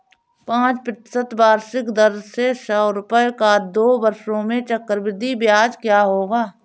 पाँच प्रतिशत वार्षिक दर से सौ रुपये का दो वर्षों में चक्रवृद्धि ब्याज क्या होगा?